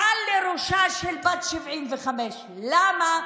מעל לראשה של בת 75. למה?